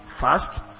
fast